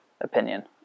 opinion